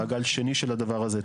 מעגל שני של הדבר הזה,